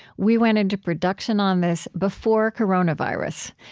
we went into production on this before coronavirus.